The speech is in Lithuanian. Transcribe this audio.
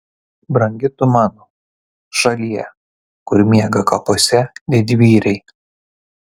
brangi tu mano šalie kur miega kapuose didvyriai